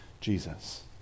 Jesus